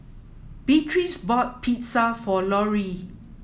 Beatrice bought Pizza for Lorri